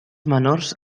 menors